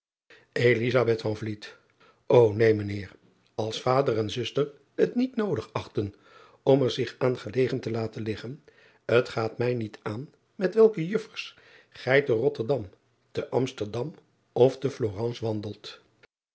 een mijn eer als vader en zuster het niet noodig achten om er driaan oosjes zn et leven van aurits ijnslager zich aan gelegen te laten liggen het gaat mij niet aan met welke juffers gij te otterdam te msterdam of te lorence wandelt